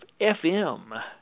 FM